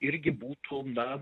irgi būtų na